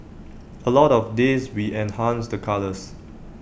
A lot of this we enhanced the colours